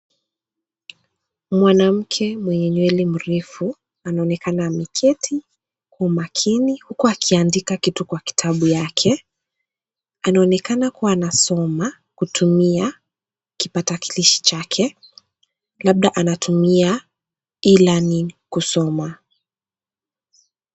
Mwanamke mwenye nywele mrefu, anaonekana ameketi, kwa umakini, huku akiandika kitu kwa kitabu yake. Anaonekana kuwa anasoma, kutumia kipakatalishi chake. Labda anatumia, e-learning kusoma.